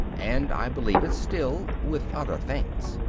and i believe it still with other things.